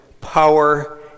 power